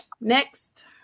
Next